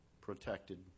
protected